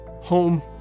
home